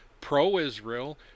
pro-Israel